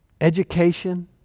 Education